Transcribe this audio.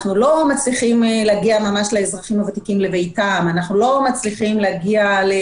אנחנו לא מצליחים להגיע לביתם של כל